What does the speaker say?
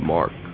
Mark